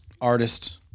artist